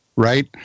Right